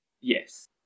Yes